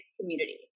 community